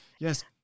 yes